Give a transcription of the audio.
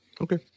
Okay